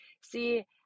see